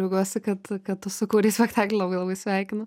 džiaugiuosi kad kad tu sukūrei spektaklį labai labai sveikinu